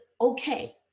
okay